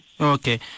Okay